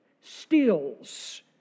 steals